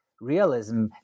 realism